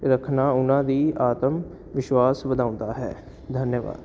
ਰੱਖਣਾ ਉਹਨਾਂ ਦੀ ਆਤਮ ਵਿਸ਼ਵਾਸ ਵਧਾਉਂਦਾ ਹੈ ਧੰਨਵਾਦ